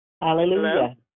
Hallelujah